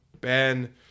ben